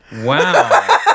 wow